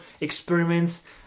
experiments